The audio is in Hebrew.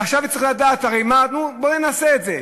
עכשיו, צריך לדעת, בואו נעשה את זה,